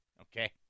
Okay